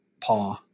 paw